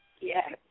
Yes